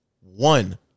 one